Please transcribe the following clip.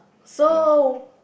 so